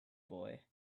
boy